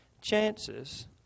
chances